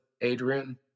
Adrian